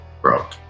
broke